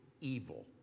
evil